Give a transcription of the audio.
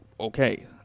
Okay